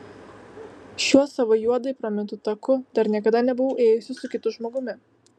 šiuo savo juodai pramintu taku dar niekada nebuvau ėjusi su kitu žmogumi